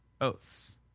oaths